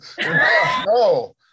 no